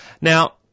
Now